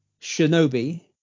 Shinobi